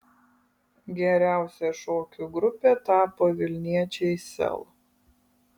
geriausia šokių grupe tapo vilniečiai sel